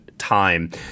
time